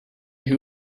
who